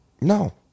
No